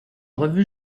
revue